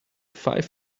five